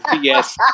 Yes